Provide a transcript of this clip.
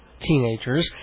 teenagers